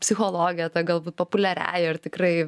psichologija ta galbūt populiariąja ir tikrai